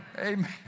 Amen